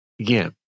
again